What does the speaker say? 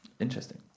interesting